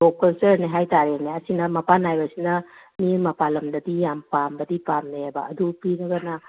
ꯇꯣꯞ ꯀꯜꯆꯔꯅꯤ ꯍꯥꯏꯇꯥꯔꯦꯅꯦ ꯑꯁꯤꯅ ꯃꯄꯥꯟ ꯅꯥꯏꯕꯁꯤꯅ ꯃꯤ ꯃꯄꯥꯟ ꯂꯝꯗꯗꯤ ꯌꯥꯝ ꯄꯥꯝꯕꯗꯤ ꯄꯥꯝꯅꯩꯑꯕ ꯑꯗꯨ ꯄꯤꯔꯒꯅ